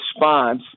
response